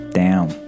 down” 。